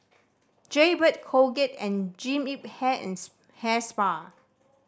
Jaybird Colgate and Jean Yip Hair and Hair Spa